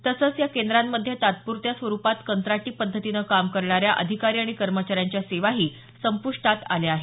तसंच या केंद्रांमध्ये तात्परत्या स्वरूपात कंत्राटी पद्धतीनं काम करणाऱ्या अधिकारी आणि कर्मचाऱ्यांच्या सेवाही संप्रष्टात आल्या आहेत